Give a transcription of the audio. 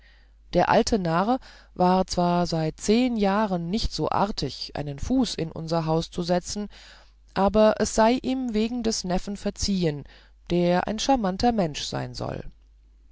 der alte narr war zwar seit zehen jahren nicht so artig einen fuß in unser haus zu setzen aber es sei ihm wegen des neffen verziehen der ein charmanter mensch sein soll